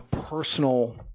personal